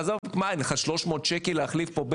מה אין לך 300 שקל להחליף פה,